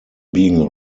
being